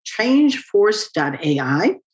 ChangeForce.ai